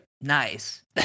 nice